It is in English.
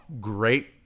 great